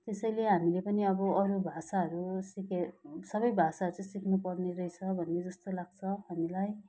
त्यसैले हामीले पनि अब अरू भाषाहरू सिकेर सबै भाषाहरू सिक्नुपर्ने रहेछ भन्ने जस्तो लाग्छ हामीलाई